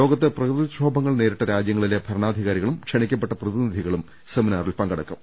ലോകത്ത് പ്രകൃതിക്ഷോഭങ്ങൾ നേരിട്ട രാജൃങ്ങളിലെ ഭർണാധികാരികളും ക്ഷണിക്കപ്പെട്ട പ്രതിനിധികളും സെമിനാറിൽ സംബന്ധിക്കും